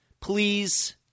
Please